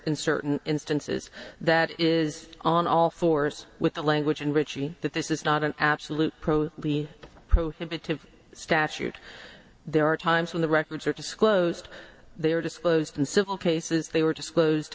in certain instances that is on all fours with the language and richie that this is not an absolute pro be prohibitive statute there are times when the records are disclosed they are disposed in civil cases they were disclosed